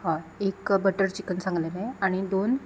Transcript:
हय एक butter chicken सांगललें आनी दोन